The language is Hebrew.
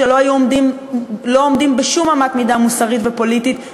שלא עומדים בשום אמת מידה מוסרית ופוליטית,